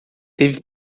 teve